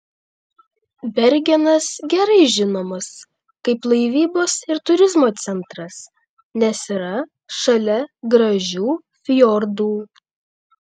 bergenas gerai žinomas kaip laivybos ir turizmo centras nes yra šalia gražių fjordų